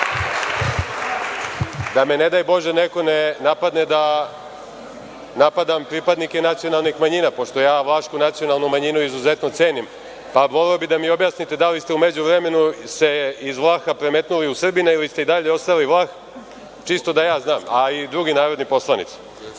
da me, ne daj Bože, neko ne napadne da napadam pripadnike nacionalnih manjina, pošto ja vlašku nacionalnu manjinu izuzetno cenim. Voleo bih da mi objasnite da li ste u međuvremenu se iz Vlaha premetnuli u Srbina ili ste i dalje ostali Vlah, čisto da ja znam, a i drugi narodni poslanici. Inače